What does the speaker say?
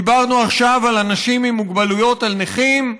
דיברנו עכשיו על אנשים עם מוגבלויות, על נכים.